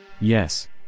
Yes